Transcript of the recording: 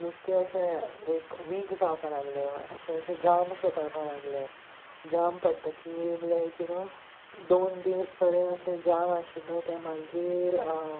नुस्तें अशें like weak जावपा लागलें अशें अशें जाम अशें पडपा लागलें जाम पडटकीर लायक यू नो दोन दीस पऱ्यान अशें जाम आशिल्लें तें मागीर